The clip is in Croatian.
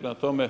Prema tome,